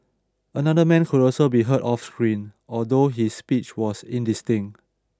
another man could also be heard off screen although his speech was indistinct